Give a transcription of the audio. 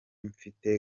mfite